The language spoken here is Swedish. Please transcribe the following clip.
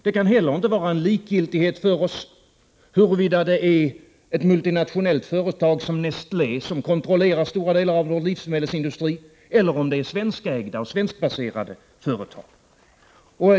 Det kan inte heller vara likgiltigt för oss huruvida det är ett multinationellt företag som Nestlé som kontrollerar stora delar av vår livsmedelsindustri eller om det är svenskägda och svenskbaserade företag.